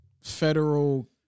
federal